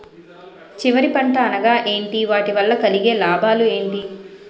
చివరి పంట అనగా ఏంటి వాటి వల్ల కలిగే లాభాలు ఏంటి